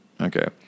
Okay